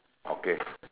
okay